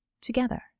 Together